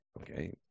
Okay